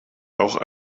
bauch